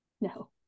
No